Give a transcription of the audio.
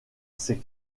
ces